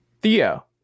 Theo